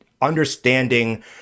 understanding